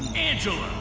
angela!